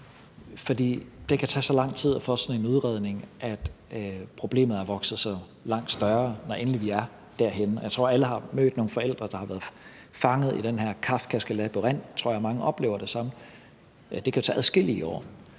For det kan tage så lang tid at få sådan en udredning, at problemet har vokset sig langt større, når vi endelig er derhenne. Og jeg tror, alle har mødt nogle forældre, der har været fanget i den her kafkaske labyrint – det tror jeg mange oplever det som – hvor det jo kan tage adskillige år.